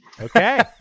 Okay